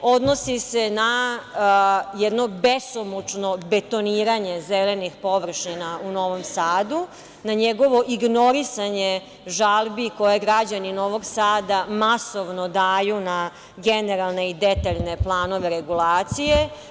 Odnosi se na jedno besomučno betoniranje zelenih površina u Novom Sadu, na njegovo ignorisanje žalbi koje građani Novog Sada masovno daju na generalne i detaljne planove regulacije.